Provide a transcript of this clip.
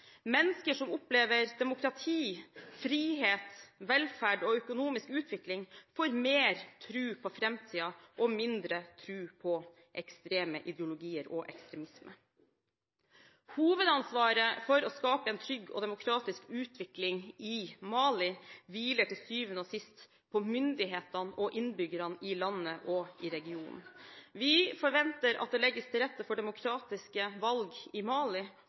Mennesker som opplever demokrati, frihet, velferd og økonomisk utvikling, får mer tro på framtiden og mindre tro på ekstreme ideologier og ekstremisme. Hovedansvaret for å skape en trygg og demokratisk utvikling i Mali hviler til syvende og sist på myndighetene og innbyggerne i landet og i regionen. Vi forventer at det legges til rette for demokratiske valg i Mali,